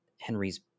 Henry's